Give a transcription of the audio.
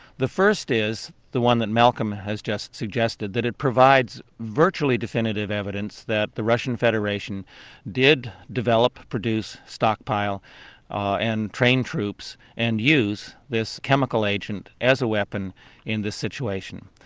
the first is the one that malcolm has just suggested that it provides virtually definitive evidence that the russian federation did develop, produce, stockpile and train troops and use this chemical agent as a weapon in this situation.